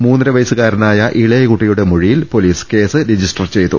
മൂന്നര വയസ്സുകാരനായ ഇളയാകുട്ടിയുടെ മൊഴിയിൽ പൊലീസ് കേസ് രജിസ്റ്റർ ചെയ്തു